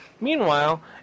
Meanwhile